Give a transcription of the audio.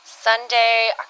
Sunday